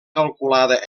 calculada